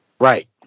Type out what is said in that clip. Right